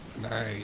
Nice